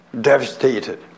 devastated